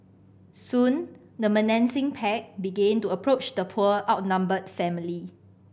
soon the menacing pack began to approach the poor outnumbered family